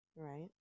right